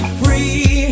free